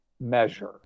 measure